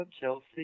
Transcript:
Chelsea